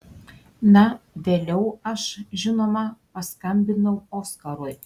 na vėliau aš žinoma paskambinau oskarui